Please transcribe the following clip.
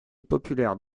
populaire